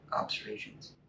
observations